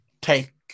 take